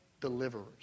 Deliverers